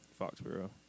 Foxborough